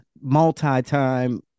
multi-time